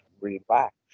relax